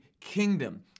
kingdom